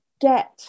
get